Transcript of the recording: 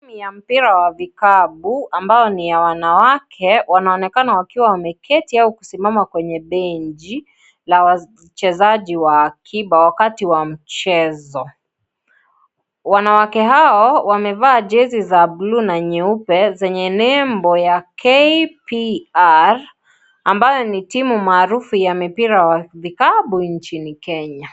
Ni mpira wa vikapu ambapo ni ya wanawake. Wanaonekana wakiwa wameketi au kusimama kwenye benchi la wachezaji wa akiba wakati wa michezo. Wanawake hao wamevaa jesi za bluu na nyeupe zenye nembo ya KPR ambayo ni timu maarufu ya mipira ya vikapu nchini Kenya.